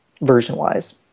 version-wise